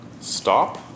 Stop